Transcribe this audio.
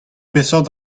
peseurt